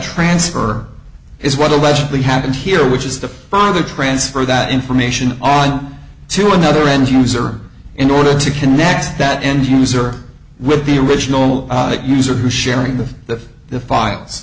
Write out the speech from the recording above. transfer is what allegedly happened here which is the further transfer that information on to another end user in order to connect that end user with the original that user who is sharing the thing that the files